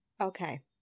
okay